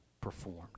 performed